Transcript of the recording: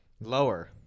Lower